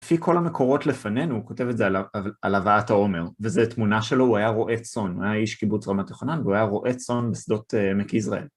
לפי כל המקורות לפנינו, הוא כותב את זה על הבאת העומר, וזו תמונה שלו, הוא היה רועה צאן, הוא היה איש קיבוץ רמת יוחנן והוא היה רועה צאן בשדות עמק יזרעאל.